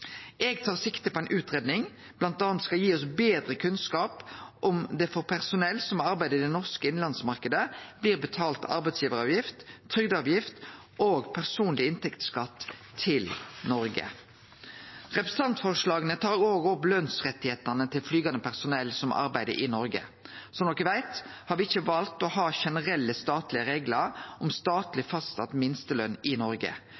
Eg tar sikte på at ei utgreiing bl.a. skal gi oss betre kunnskap om det for personell som arbeider i den norske innanlandsmarknaden, blir betalt arbeidsgjevaravgift, trygdeavgift og personleg inntektsskatt til Noreg. Representantforslaga tar òg opp retten til løn for flygande personell som arbeider i Noreg. Som de veit, har me ikkje valt å ha generelle statlege reglar om statleg fastsett minsteløn i Noreg,